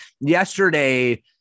yesterday